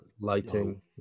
lighting